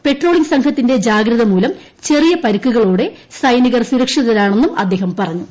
patrolling സംഘത്തിന്റെ ജാഗ്രതമൂലം ചെറിയ പരുക്കുകളോടെ സൈനികർ സുരക്ഷിതരാണെന്നും അദ്ദേഹം പറഞ്ഞു